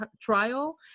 trial